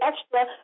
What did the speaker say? extra